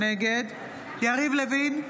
נגד יריב לוין,